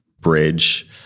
bridge